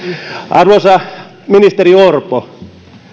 arvoisa ministeri orpo